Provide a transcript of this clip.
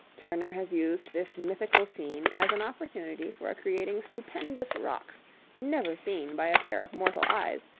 turner has used this mythical scene as an opportunity for creating stupendous rocks never seen by a pair of mortal eyes,